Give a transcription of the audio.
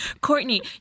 Courtney